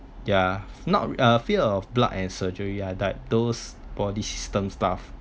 yeah not uh fear of blood and surgery but those body system stuff